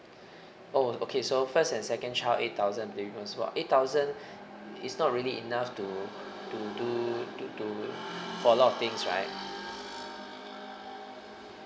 oh okay so first and second child eight thousand the baby bonus for eight thousand is not really enough to to do to for a lot of things right